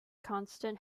constant